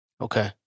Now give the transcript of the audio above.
Okay